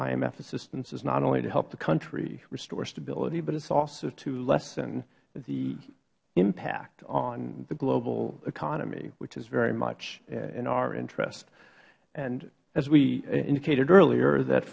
imf assistance is not only to help the country restore stability but it is also to lessen the impact on the global economy which is very much in our interest and as we indicated earlier